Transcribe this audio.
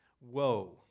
Woe